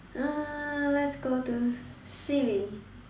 uh let's go to silly